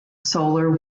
solar